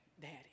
daddy